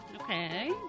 Okay